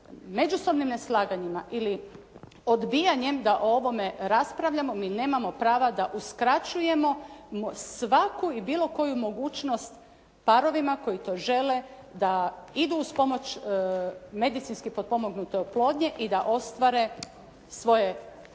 međusobnim neslaganjima ili odbijanjem da o ovome raspravljamo mi nemamo prava da uskraćujemo svaku i bilo koju mogućnost parovima koji to žele da idu uz pomoć medicinski potpomognute oplodnje i da ostvare svoje